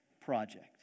project